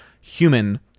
human